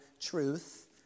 truth